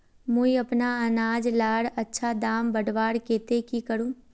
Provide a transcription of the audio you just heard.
मुई अपना अनाज लार अच्छा दाम बढ़वार केते की करूम?